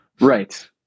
Right